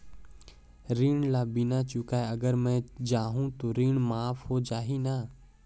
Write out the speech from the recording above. ऋण ला बिना चुकाय अगर मै जाहूं तो ऋण माफ हो जाही न?